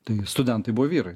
tai studentai buvo vyrai